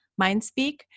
MindSpeak